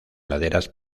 laderas